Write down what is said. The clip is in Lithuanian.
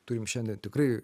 turim šiandien tikrai